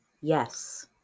Yes